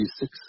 six